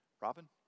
Robin